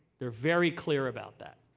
they're very clear about that.